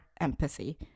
empathy